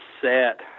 set